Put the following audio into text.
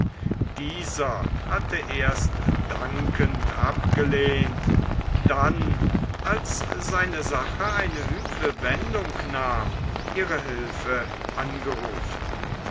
dieser hatte erst dankend abgelehnt dann als seine sache eine üble wendung nahm ihre hilfe angerufen